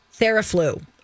TheraFlu